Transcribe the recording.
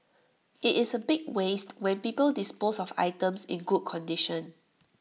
IT is A big waste when people dispose of items in good condition